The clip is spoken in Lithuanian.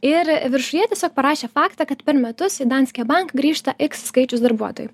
ir viršuje tiesiog parašė faktą kad per metus į danske bank grįžta skaičius darbuotojų